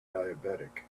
diabetic